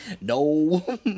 No